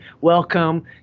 Welcome